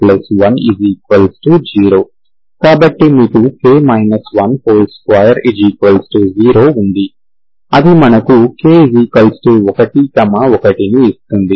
కాబట్టి మీకు k 120 ఉంది అది మనకు k11 ఇస్తుంది